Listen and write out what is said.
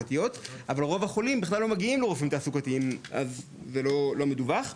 אבל רוב החולים בכלל לא מגיעים לרופאים תעסוקתיים אז זה לא מדווח,